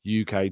uk